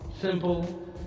simple